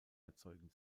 erzeugen